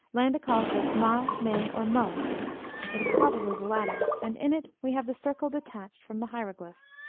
landa calls this ma, me, or mo it is probably the latter, and in it we have the circle detached from the hieroglyph.